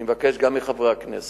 אני מבקש גם מחברי הכנסת